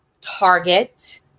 Target